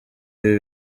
ibi